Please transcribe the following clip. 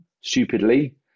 stupidly